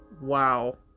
Wow